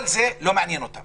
כל זה לא מעניין אותם